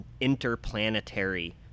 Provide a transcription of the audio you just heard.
interplanetary